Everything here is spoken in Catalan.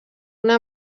una